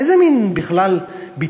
איזה מין ביטוי בכלל?